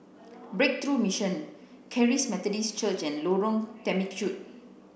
breakthrough Mission Charis Methodist Church and Lorong Temechut